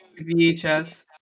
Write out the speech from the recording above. VHS